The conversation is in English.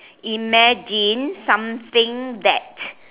imagine something that